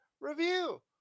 review